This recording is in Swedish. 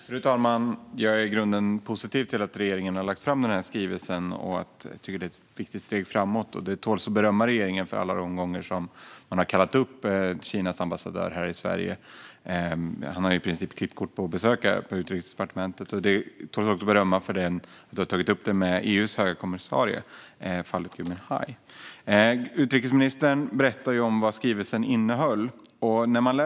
Fru talman! Jag är i grunden positiv till att regeringen har lagt fram denna skrivelse. Jag tycker att det är ett viktigt steg framåt. Regeringen tål att berömmas för alla de gånger som man har kallat upp Kinas ambassadör här i Sverige. Han har i princip klippkort för besök på Utrikesdepartementet. Det bör också ges beröm för att utrikesministern har tagit upp fallet Gui Minhai med EU:s höga representant. Utrikesministern berättade om skrivelsens innehåll.